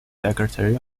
secretary